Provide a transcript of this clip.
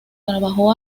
trabajó